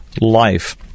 life